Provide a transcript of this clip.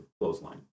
clothesline